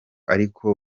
ariko